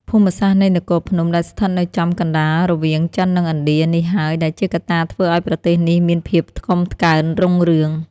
ភូមិសាស្ត្រនៃនគរភ្នំ ដែលស្ថិតនៅចំ កណ្តាលរវាងចិននិងឥណ្ឌា នេះហើយ ដែលជាកត្តាធ្វើឱ្យប្រទេសនេះមានភាពថ្កុំថ្កើងរុងរឿង។